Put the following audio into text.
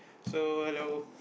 so hello